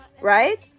right